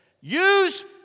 Use